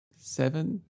seven